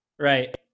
Right